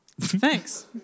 Thanks